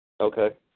Okay